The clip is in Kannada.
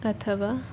ಅಥವಾ